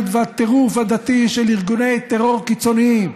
והטירוף הדתי של ארגוני טרור קיצוניים,